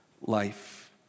life